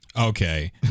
Okay